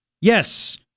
yes